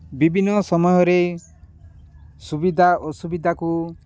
ବିଭିନ୍ନ ସମୟରେ ସୁବିଧା ଅସୁବିଧାକୁ